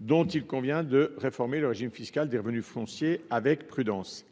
dont il convient de réformer le régime fiscal des revenus fonciers avec prudence.